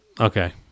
Okay